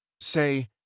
Say